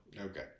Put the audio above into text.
okay